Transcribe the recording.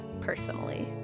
personally